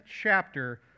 chapter